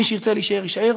מי שירצה להישאר, יישאר.